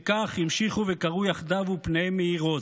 וכך המשיכו וקראו יחדיו, ופניהם מאירות.